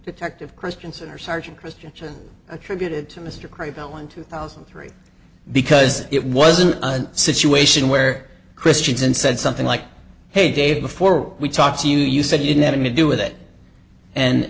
detective christiansen or sergeant christian attributed to mr craig one two thousand and three because it wasn't a situation where christians and said something like hey dave before we talk to you you said you never to do with it and